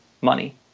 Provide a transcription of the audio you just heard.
money